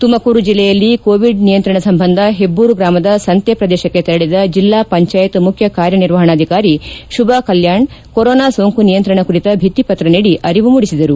ತುಮಕೂರು ಬೆಲ್ಲೆಯಲ್ಲಿ ಕೋವಿಡ್ ನಿಯಂತ್ರಣ ಸಂಬಂಧ ಹೆಬ್ದೂರು ಗ್ರಾಮದ ಸಂತೆ ಪ್ರದೇಶಕ್ಕೆ ತೆರಳದ ಬೆಲ್ಲಾ ಪಂಚಾಯತ್ ಮುಖ್ಯಕಾರ್ಯನಿರ್ವಹಣಾಧಿಕಾರಿ ಶುಭಕಲ್ಯಾಣ್ ಕೊರೋನಾ ಸೋಂಕು ನಿಯಂತ್ರಣ ಕುರಿತ ಭಿತ್ತಿ ಪತ್ರ ನೀಡಿ ಅರಿವು ಮೂಡಿಸಿದರು